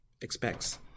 Expects